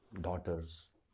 daughters